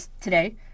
today